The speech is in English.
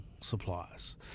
supplies